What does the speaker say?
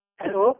hello